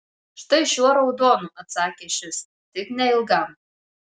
štai šiuo raudonu atsakė šis tik neilgam